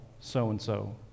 so-and-so